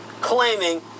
claiming